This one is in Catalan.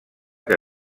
que